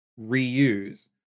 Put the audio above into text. reuse